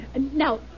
Now